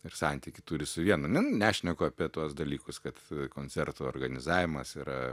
ir santykį turi su vienu nu nešneku apie tuos dalykus kad koncertų organizavimas yra